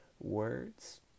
words